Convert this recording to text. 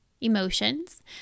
emotions